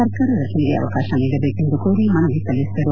ಸರ್ಕಾರ ರಚನೆಗೆ ಅವಕಾಶ ನೀಡಬೇಕೆಂದು ಕೋರಿ ಮನವಿ ಸಲ್ಲಿಸಿದರು